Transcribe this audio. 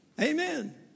amen